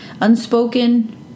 unspoken